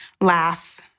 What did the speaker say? laugh